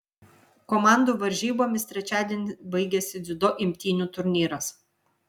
komandų varžybomis trečiadienį baigiasi dziudo imtynių turnyras